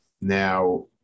now